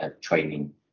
training